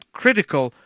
critical